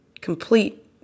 complete